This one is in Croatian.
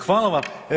Hvala vam.